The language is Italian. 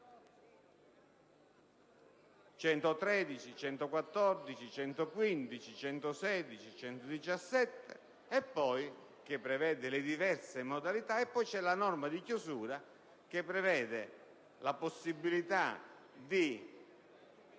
113, 114, 115, 116 e 117, che prevedono le diverse modalità, e poi vi è - appunto - la norma di chiusura, che prevede la possibilità di